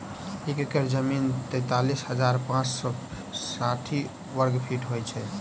एक एकड़ जमीन तैँतालिस हजार पाँच सौ साठि वर्गफीट होइ छै